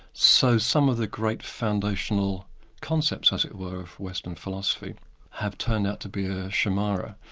so some of the great foundational concepts, as it were, of western philosophy have turned out to be a chimera,